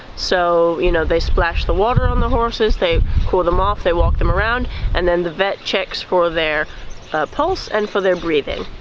so you know they splash the water on the horses. they cool them off. they walk them around and then the vet checks for their pulse and for their breathing.